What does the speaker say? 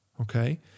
Okay